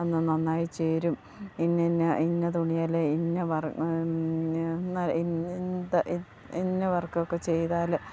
അന്നു നന്നായി ചേരും ഇന്നന്ന ഇന്ന തുണിയിൽ ഇന്ന വർ ഇന്ന വർക്കൊക്കെ ചെയ്താൽ